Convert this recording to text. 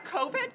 COVID